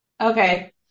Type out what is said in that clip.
okay